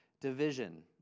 division